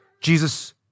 Jesus